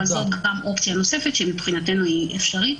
זאת אופציה נוספת שמבחינתנו היא אפשרית